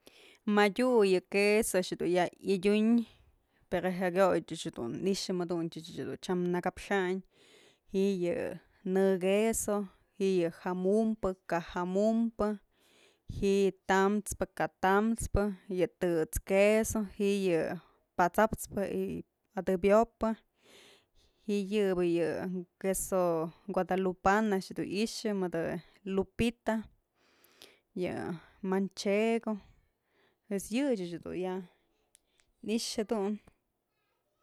Madyu yë queso du a'ax ya'a adyun pero jakyoyëch dun i'ixë mëduntyë ëch dun tyam nakapxayn ji'i yë në queso, ji'i yë jamumpë, ka jamumpë, ji'i tams pë, kë tams pë, yë t¨]et's queso, ji'i yë pat'saps pë, adebyopë ji'i yëbë yë queso guadalupana a'ax dun i'ixë mëdë lupita, yë manchego, pues yëch ëch dun ya i'ixë dun.